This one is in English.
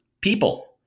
people